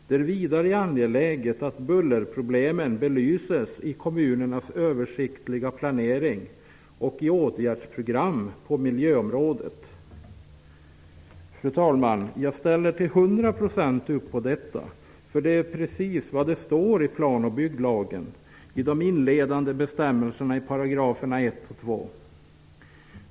Det är vidare angeläget att bullerproblemen belyses i kommunernas översiktliga planering och i åtgärdsprogram på miljöområdet.'' Fru talman! Jag ställer till hundra procent upp på detta. Det är nämligen precis vad som står i planoch bygglagen i de inledande bestämmelserna i paragraferna ett och två.